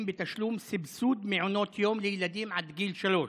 בתשלום סבסוד מעונות יום לילדים עד גיל שלוש.